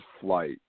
flight